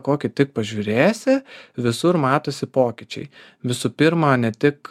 kokį tik pažiūrėsi visur matosi pokyčiai visų pirma ne tik